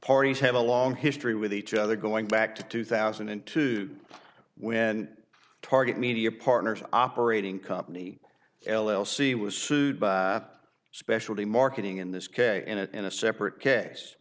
parties have a long history with each other going back to two thousand and two when target media partners operating company l l c was sued by specialty marketing in this case in a separate case